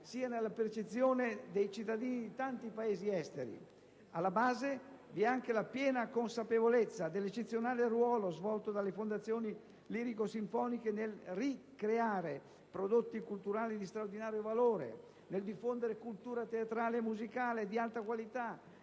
sia nella percezione dei cittadini di tanti Paesi esteri. Alla base vi è anche la piena consapevolezza dell'eccezionale ruolo svolto dalle fondazioni lirico-sinfoniche nel "ri-creare" prodotti culturali di straordinario valore, nel diffondere cultura teatrale e musicale di alta qualità,